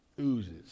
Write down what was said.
oozes